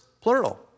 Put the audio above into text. plural